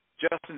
Justin